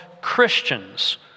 Christians